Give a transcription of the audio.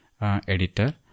editor